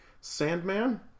Sandman